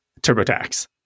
TurboTax